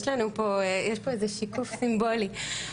יש פה איזה שיקוף סימבולי.